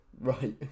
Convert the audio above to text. Right